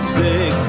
big